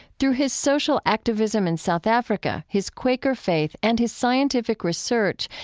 through his social activism in south africa, his quaker faith, and his scientific research,